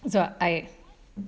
so I